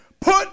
put